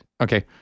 Okay